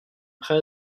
prêt